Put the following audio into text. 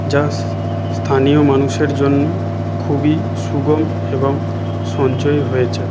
যা স্থানীয় মানুষের জন্য খুবই সুগম এবং সঞ্চয় হয়েছে